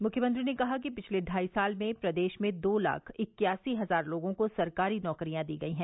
मुख्यमंत्री ने कहा कि पिछले ढाई साल में प्रदेश में दो लाख इक्यासी हजार लोगों को सरकारी नौकरियां दी गई हैं